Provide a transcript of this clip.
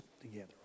together